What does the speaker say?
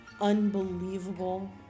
unbelievable